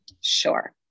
Sure